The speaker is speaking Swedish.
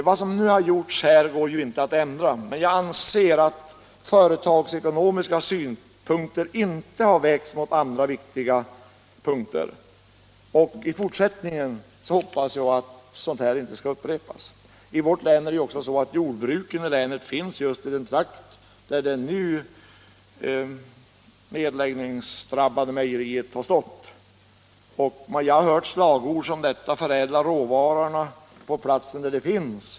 Vad som nu har gjorts går inte att ändra på, men jag anser att företagsekonomiska synpunkter inte har vägts mot andra viktiga synpunkter, och i fortsättningen hoppas jag att sådant här inte skall upprepas. I vårt län finns jordbruket just i samma trakt som det nu nedläggningsdrabbade mejeriet. Jag har hört slagord som Förädla råvarorna på platsen!